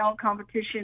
competition